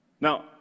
now